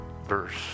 Verse